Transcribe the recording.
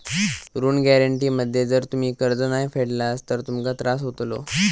ऋण गॅरेंटी मध्ये जर तुम्ही कर्ज नाय फेडलास तर तुमका त्रास होतलो